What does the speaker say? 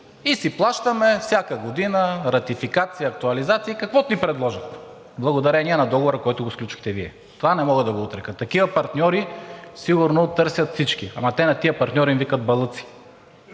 И си плащаме всяка година ратификация, актуализация и каквото ни предложат благодарение на договора, който го сключихте Вие. Това не мога да го отрека. Такива партньори сигурно търсят всички. Ама те на тези партньори им викат балъци.